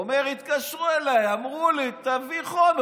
הוא אומר: התקשרו אליי, אמרו לי: תביא חומר.